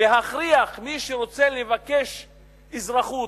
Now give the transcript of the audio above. להכריח את מי שרוצה לבקש אזרחות,